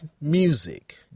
music